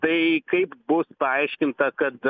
tai kaip bus paaiškinta kad